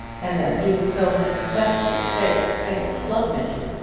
and then he was so manifestly safe against love-making!